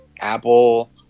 Apple